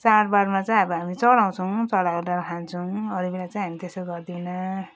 चाडबाडमा चाहिँ अब हामी चढाउँछौँ चढाएर खान्छौँ अरू बेला चाहिँ हामी त्यसो गर्दैनौँ